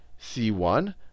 c1